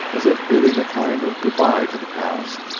as if bidding a kind of good-by to the past.